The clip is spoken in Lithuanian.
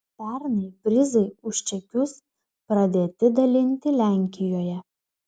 pernai prizai už čekius pradėti dalinti lenkijoje